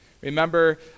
Remember